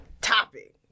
topic